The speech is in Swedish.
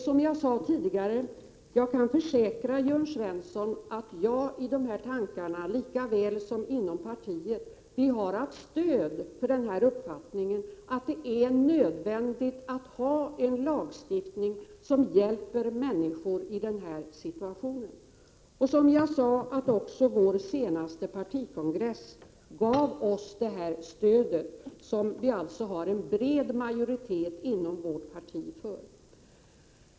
Som jag tidigare sade kan jag försäkra Jörn Svensson att jag i dessa tankar har haft stöd inom partiet för uppfattningen att det är nödvändigt att ha en lagstiftning som hjälper människor i denna situation. Vår senaste partikongress gav oss också detta stöd. Det finns en bred majoritet inom vårt parti för detta.